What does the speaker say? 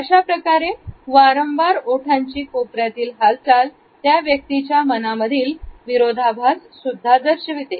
अशाप्रकारे वारंवार ओठांची कोपऱ्यातील हालचाल त्या व्यक्तीच्या मनामधील विरोधाभास दर्शविते